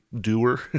doer